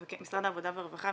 משרד העבודה והרווחה,